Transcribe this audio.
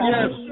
Yes